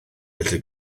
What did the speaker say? felly